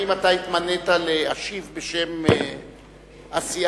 האם אתה התמנית להשיב בשם הסיעה,